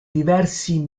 diversi